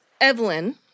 Evelyn